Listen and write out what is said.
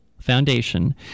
Foundation